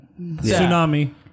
Tsunami